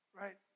Right